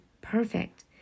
perfect